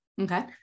okay